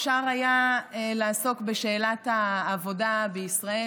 אפשר היה לעסוק בשאלת העבודה בישראל,